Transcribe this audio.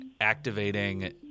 activating